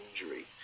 injury